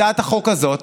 הצעת החוק הזאת,